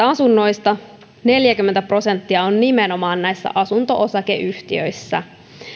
asunnoista neljäkymmentä prosenttia on nimenomaan asunto osakeyhtiöissä